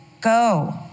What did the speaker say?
go